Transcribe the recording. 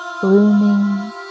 blooming